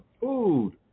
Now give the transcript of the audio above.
food